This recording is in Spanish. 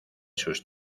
sus